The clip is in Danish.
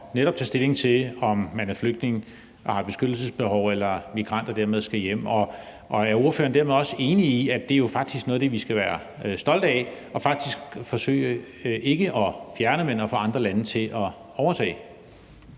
netop at tage stilling til, om man er flygtning og har beskyttelsesbehov eller migrant og dermed skal hjem. Er ordføreren dermed også enig i, at det faktisk er noget af det, vi skal være stolte af og forsøge ikke at fjerne, men at få andre lande til at overtage?